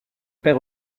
paix